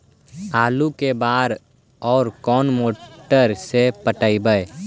आलू के बार और कोन मोटर से पटइबै?